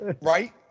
Right